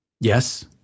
Yes